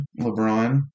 LeBron